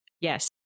Yes